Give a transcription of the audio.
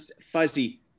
fuzzy